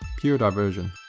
pure diversion.